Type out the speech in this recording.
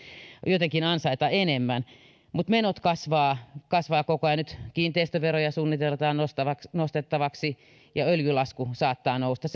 jotenkin ansaita enemmän mutta menot kasvavat koko ajan nyt kiinteistöveroja suunnitellaan nostettavaksi nostettavaksi ja öljylasku saattaa nousta